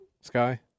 Sky